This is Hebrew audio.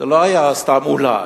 זה לא היה סתם "אולי".